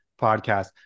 podcast